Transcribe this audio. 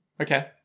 Okay